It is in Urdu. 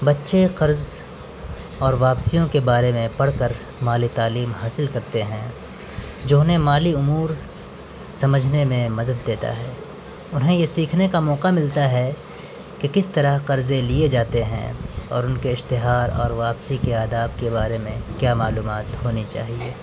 بچے قرض اور واپسیوں کے بارے میں پڑھ کر مال تعلیم حاصل کرتے ہیں جو انہیں مالی امور سمجھنے میں مدد دیتا ہے انہیں یہ سیکھنے کا موکع ملتا ہے کہ کس طرح قرضے لیے جاتے ہیں اور ان کے اشتہار اور واپسی کے آداب کے بارے میں کیا معلومات ہونی چاہیے